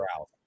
out